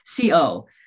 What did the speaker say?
CO